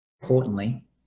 importantly